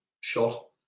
shot